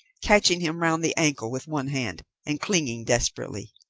catching him round the ankle with one hand, and clinging desperately.